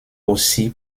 aussi